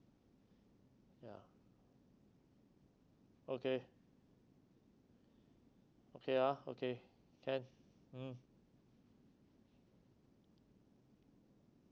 ya okay okay ah okay can mm